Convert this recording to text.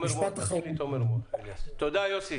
תודה יוסי.